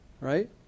right